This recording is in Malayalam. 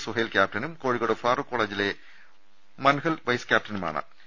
സുഹൈൽ ക്യാപ്റ്റനും കോഴിക്കോട് ഫറൂഖ് കോളജിലെ മൻഹൽ വൈസ് ക്യാപ്റ്റനുമാ ണ്